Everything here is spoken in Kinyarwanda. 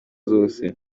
zose